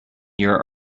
your